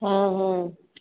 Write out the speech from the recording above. ହଁ ହଁ